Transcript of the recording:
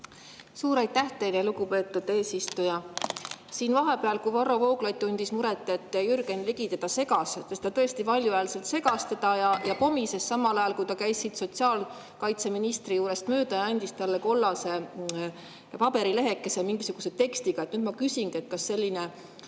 Suur aitäh teile, lugupeetud eesistuja! Siin vahepeal, Varro Vooglaid tundis muret, et Jürgen Ligi teda segas – ta tõesti valjuhäälselt segas teda ja pomises, samal ajal kui ta käis siit sotsiaalkaitseministri juurest mööda ja andis talle kollase paberilehekese mingisuguse tekstiga. Nüüd ma küsingi: kas selline